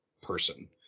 person